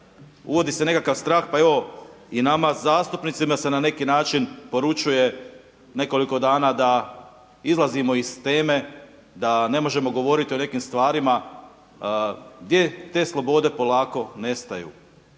uvodi se nekakav strah pa evo i nama zastupnicima se na neki način poručuje nekoliko dana da izlazimo iz teme, da ne možemo govoriti o nekim stvarima gdje te slobode polako nestaju.